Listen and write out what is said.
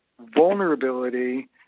vulnerability